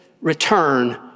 return